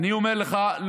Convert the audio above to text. אני אומר לך,